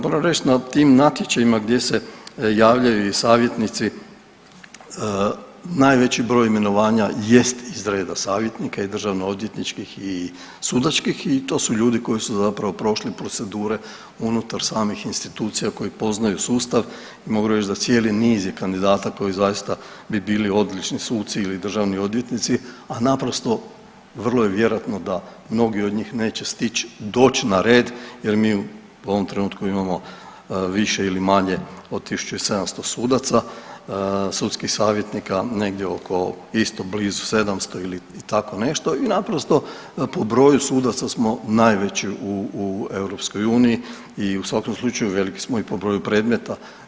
Moram reći na tim natječajima gdje se javljaju i savjetnici, najveći broj imenovanja jest iz reda savjetnika i državnoodvjetničkih i sudačkih i to su ljudi koji su zapravo prošli procedure unutar samih institucija koji poznaju sustav i mogu reći da cijeli niz je kandidata koji zaista bi bili odlični suci ili državni odvjetnici, a naprosto vrlo je vjerojatno da mnogi od njih neće stići doći na red jer mi u ovom trenutku imamo više ili manje od 1700 sudaca, sudskih savjetnika negdje oko, isto blizu 700 ili tako nešto i naprosto po broju sudaca smo najveći u EU i u svakom slučaju, veliki smo i po broju predmeta.